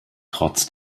trotz